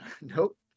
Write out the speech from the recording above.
Nope